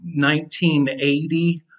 1980